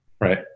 right